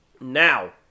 Now